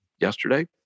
yesterday